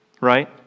right